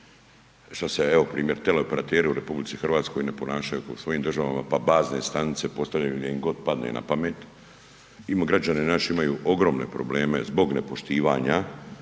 što se evo primjer teleoperateri u RH ne ponašaju kao u svojim državama pa bazne stanice postavljaju gdje im god padne napamet. Građani naši imaju ogromne probleme zbog nepoštivanja,